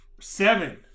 seven